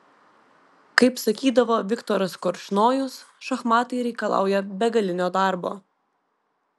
kaip sakydavo viktoras korčnojus šachmatai reikalauja begalinio darbo